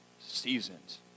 seasons